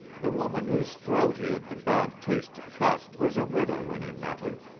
the woman whose throat he had the bad taste to cut was a widow when he met her.